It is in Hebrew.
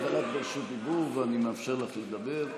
אבל את ברשות דיבור, ואני מאפשר לך לדבר.